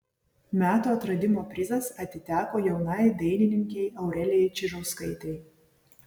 metų atradimo prizas atiteko jaunai dainininkei aurelijai čižauskaitei